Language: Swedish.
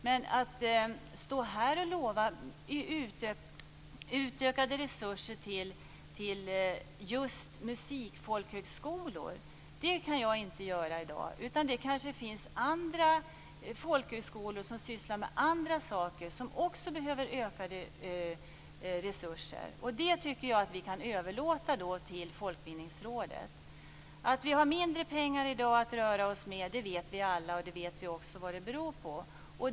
Men att stå här och lova ökade resurser till just musikfolkhögskolor är något som jag i dag inte kan göra. Kanske finns det i stället andra folkhögskolor som sysslar med andra saker och som också behöver ökade resurser. Den saken tycker jag att vi kan överlåta till Folkbildningsrådet. Att vi i dag har mindre pengar att röra oss med vet vi alla. Vi vet också vad det beror på.